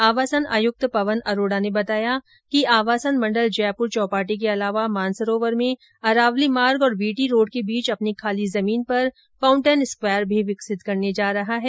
आवासन आयुक्त पवन अरोड़ा ने बताया कि आवासन मंडल जयपुर चौपाटी के अलावा मानसरोवर में अरावली मार्ग और वीटी रोड के बीच अपनी खाली जमीन पर फाउन्टेन स्क्वेयर भी विकसित करने जा रहा है